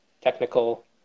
technical